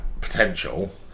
potential